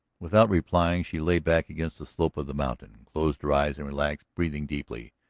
without replying she lay back against the slope of the mountain, closed her eyes and relaxed, breathing deeply.